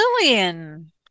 Lillian